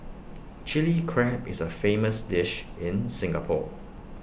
Chilli Crab is A famous dish in Singapore